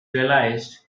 realized